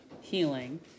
healing